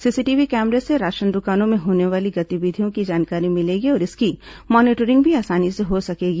CCTV कैमरे से ration दुकानों में होने वाली गतिविधियों की जानकारी मिलेगी और इसकी मॉनिटरिंग भी आसानी से हो सकेगी